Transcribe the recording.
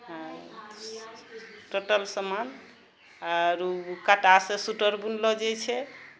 total समान आरू काँटासँ सुटर बुनलो जाइ छै